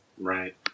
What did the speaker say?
Right